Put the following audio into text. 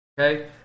Okay